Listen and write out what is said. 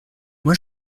moi